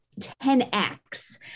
10X